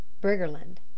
Briggerland